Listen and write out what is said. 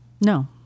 No